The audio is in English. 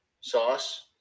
sauce